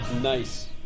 Nice